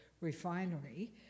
Refinery